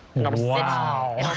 number wow.